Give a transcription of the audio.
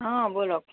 অঁ ব'লক